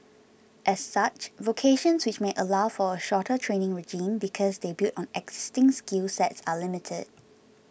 as such vocations which may allow for a shorter training regime because they build on existing skill sets are limited